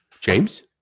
James